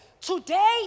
Today